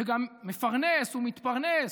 וגם מפרנס ומתפרנס.